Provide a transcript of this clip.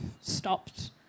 stopped